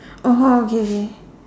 oh wow okay K